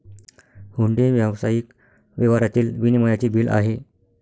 हुंडी हे व्यावसायिक व्यवहारातील विनिमयाचे बिल आहे